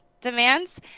demands